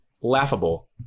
laughable